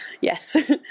yes